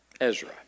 Ezra